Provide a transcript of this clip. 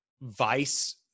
Vice